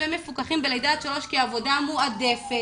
בגילאי לידה עד שלוש כעבודה מועדפת.